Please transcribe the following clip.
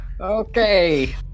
Okay